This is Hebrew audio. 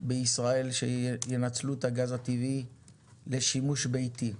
בישראל שינצלו את הגז הטבעי לשימוש ביתי.